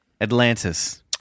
Atlantis